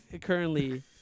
currently